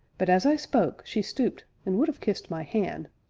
but, as i spoke, she stooped and would have kissed my hand,